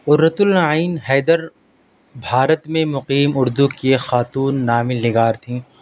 قرۃ العین حیدر بھارت میں مقیم اردو کی ایک خاتون ناول نگار تھیں